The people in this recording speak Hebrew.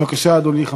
בבקשה, אדוני.